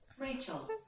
Rachel